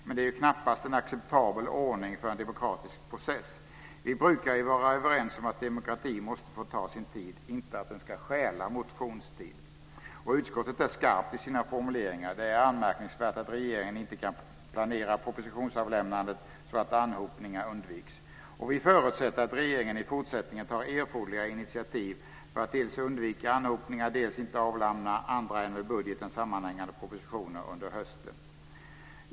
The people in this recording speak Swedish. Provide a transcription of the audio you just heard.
Men det är knappast en acceptabel ordning för en demokratisk process. Vi brukar ju vara överens om att demokrati måste få ta sin tid, inte att den ska stjäla motionstid. Utskottet är skarpt i sina formuleringar: Det är anmärkningsvärt att regeringen inte kan planera propositionsavlämnandet så att anhopningar undviks. Utskottet förutsätter att regeringen i fortsättningen tar erforderliga initiativ för att dels undvika anhopningar, dels inte avlämna andra än med budgeten sammanhängande propositioner under hösten.